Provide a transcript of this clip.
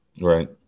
Right